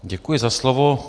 Děkuji za slovo.